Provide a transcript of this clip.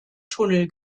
tunnel